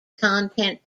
content